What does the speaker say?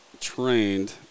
trained